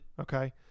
okay